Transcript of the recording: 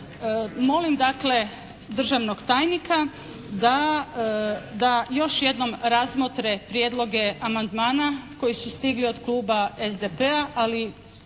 Molim dakle državnog tajnika da još jednom razmotre prijedloge amandmana koji su stigli od kluba SDP-a ali